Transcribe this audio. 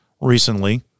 recently